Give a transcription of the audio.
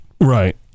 Right